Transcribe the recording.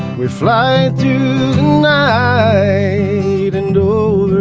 we fly through and do